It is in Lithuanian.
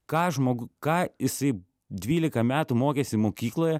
ką žmog ką jisai dvylika metų mokėsi mokykloje